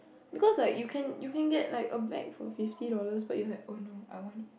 because like you can you can get like a bag for fifty dollars but you're like oh no I want it